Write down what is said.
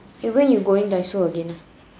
eh when you going Daiso again nah